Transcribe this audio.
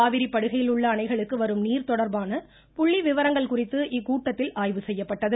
காவிரி படுகையில் உள்ள அணைகளுக்கு வரும் நீர் தொடர்பான புள்ளிவிவரங்கள் குறித்து இக்கூட்டத்தில் ஆய்வு செய்யப்பட்டது